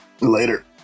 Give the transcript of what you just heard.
later